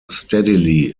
steadily